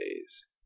days